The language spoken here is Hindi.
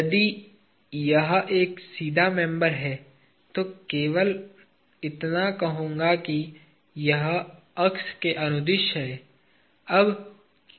यदि यह एक सीधा मेंबर है तो मैं केवल इतना कहूंगा कि यह अक्ष के अनुदिश है